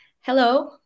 Hello